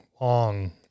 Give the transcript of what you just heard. long